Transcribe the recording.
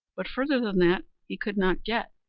but further than that he could not get.